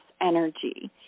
energy